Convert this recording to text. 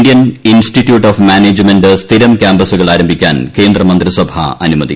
ഏഴ് പുതിയ Indian institute of management ന് സ്ഥിരം കൃാമ്പസുകൾ ആരംഭിക്കാൻ കേന്ദ്ര മന്ത്രിസഭാ അനുമതി